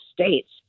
States